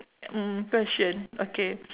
mm question okay